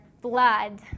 blood